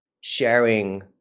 sharing